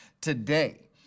today